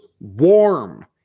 warm